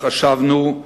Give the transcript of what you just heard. חשבנו,